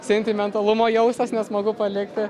sentimentalumo jausmas nesmagu palikti